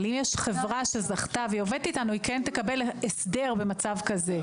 אבל אם יש חברה שזכתה והיא עובדת איתנו היא תקבל הסדר במצב כזה.